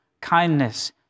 kindness